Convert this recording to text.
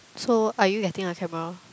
so are you getting a camera